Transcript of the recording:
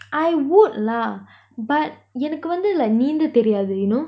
I would lah but என்னக்கு வந்து:ennaku vanthu like நீந்த தெரியாது:neentha teriyathu you know